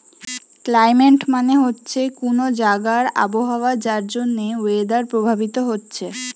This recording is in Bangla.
ক্লাইমেট মানে হচ্ছে কুনো জাগার আবহাওয়া যার জন্যে ওয়েদার প্রভাবিত হচ্ছে